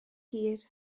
hir